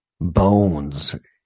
bones